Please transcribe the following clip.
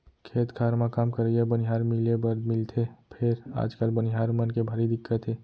खेत खार म काम करइया बनिहार मिले बर मिलथे फेर आजकाल बनिहार मन के भारी दिक्कत हे